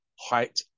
height